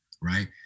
right